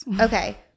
Okay